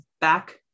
back